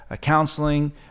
counseling